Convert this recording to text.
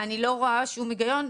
אני לא רואה שום היגיון.